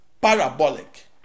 parabolic